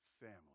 family